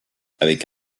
avec